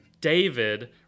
david